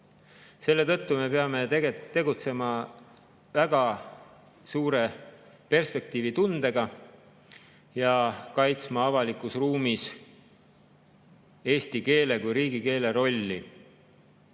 Selle tõttu me peame tegutsema väga suure perspektiivitundega ja kaitsma avalikus ruumis eesti keele kui riigikeele rolli.